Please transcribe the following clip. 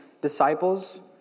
disciples